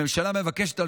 הממשלה מבקשת,